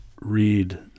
read